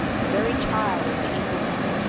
the very child of the evil one.